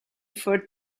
for